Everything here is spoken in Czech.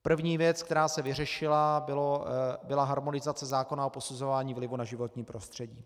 První věc, která se vyřešila, byla harmonizace zákona o posuzování vlivu na životní prostředí.